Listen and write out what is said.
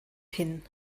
hin